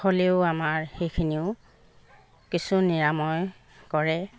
হ'লেও আমাৰ সেইখিনিও কিছু নিৰাময় কৰে